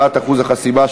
העלאת אחוז החסימה),